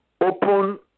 open